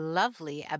lovely